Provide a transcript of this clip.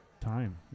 time